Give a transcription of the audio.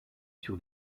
sur